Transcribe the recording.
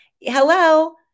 hello